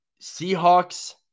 seahawks